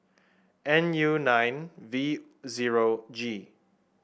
N U nine V zero G